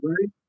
right